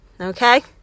Okay